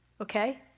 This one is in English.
okay